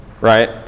right